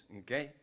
okay